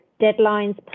deadlines